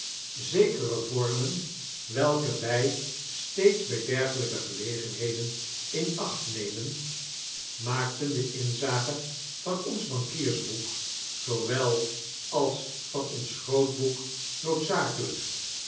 zekere vormen welke wij steeds bij dergelpe gelegenheden in acht nemen maakten de inzage van ons bankiersboek zoowel als van ons grootboek noodzakelp